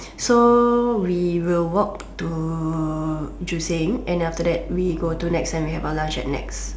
so we will walk to Joo-Seng and then after that we go to Nex and we have our lunch at Nex